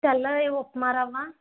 తెల్లది ఉప్మా రవ్వ